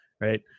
right